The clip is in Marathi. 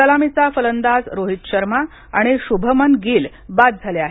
सलामीचा फलंदाज रोहित शर्मा आणि शुभमन गिल बाद झाले आहेत